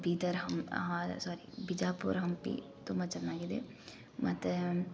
ಬೀದರ್ ಹಮ್ ಹಾಂ ಸ್ವಾರಿ ಬಿಜಾಪುರ್ ಹಂಪಿ ತುಂಬ ಚೆನ್ನಾಗಿದೆ ಮತ್ತು